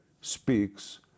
speaks